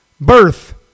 Birth